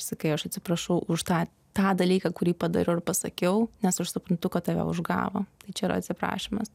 sakai aš atsiprašau už tą tą dalyką kurį padariau ar pasakiau nes aš suprantu kad tave užgavo čia yra atsiprašymas